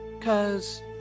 Cause